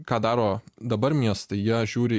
ką daro dabar miestai jie žiūri